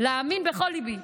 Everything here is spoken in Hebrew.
להאמין בכל ליבי,